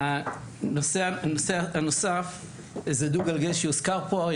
הנושא הנוסף זה דו גלגלי שהוזכר פה.